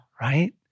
Right